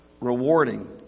rewarding